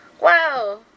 wow